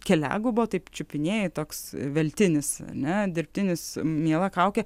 keliagubo taip čiupinėji toks veltinis ane dirbtinis miela kaukė